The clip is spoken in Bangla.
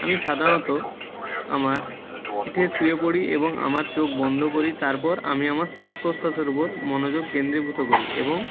আমি সাধাণত আমার পিঠে শুয়ে পরি এবং আমার চোখ বন্ধ করি তারপর আমি আমার শ্বাস প্রশ্বাসের উপর মনোযোগ কেন্দ্রীভূত করি এবং